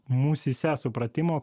mūsyse supratimo